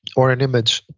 or an image,